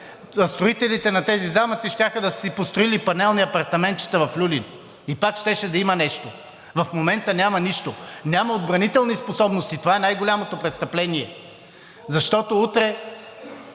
строителите на тези замъци щяха да са си построили панелни апартаментчета в Люлин и пак щеше да има нещо. В момента няма нищо. Няма отбранителни способности – това е най-голямото престъпление, защото утре